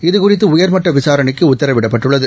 இதுகுறித்துஉயர்மட்டவிசாரணைக்குஉத்தரவிடப்பட்டுள்ளது